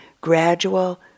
gradual